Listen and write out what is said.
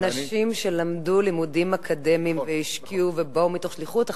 ונשים שלמדו לימודים אקדמיים והשקיעו ובאו מתוך שליחות,